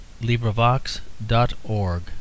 LibriVox.org